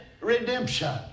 redemption